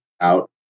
out